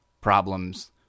problems